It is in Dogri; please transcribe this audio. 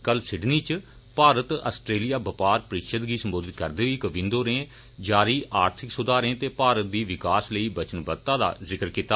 कल सिडनी इच भारत आस्ट्रेलिया बपार परिषद गी सम्बोधित करदे होई कोविन्द होरें जारी आर्थिक सुधारें ते मारत दी विकास लेई बचनबद्धता दा जिक्र कीता